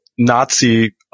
Nazi